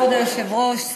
כבוד היושב-ראש,